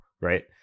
right